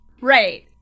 Right